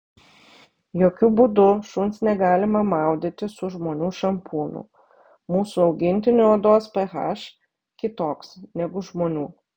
jokiu būdu šuns negalima maudyti su žmonių šampūnu mūsų augintinių odos ph kitoks negu žmonių